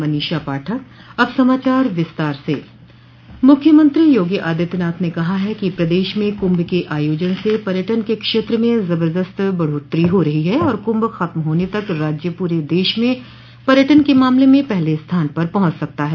मूख्यमंत्री योगी आदित्यनाथ ने कहा है कि प्रदेश में कुंभ के आयोजन से पर्यटन के क्षेत्र में जबरदस्त बढोत्तरी हो रही है और कुंभ खत्म होने तक राज्य पूरे देश में पर्यटन के मामले में पहले स्थान पर पहुंच सकता है